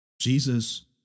Jesus